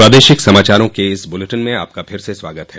प्रादेशिक समाचारों के इस बुलेटिन में आपका फिर से स्वागत है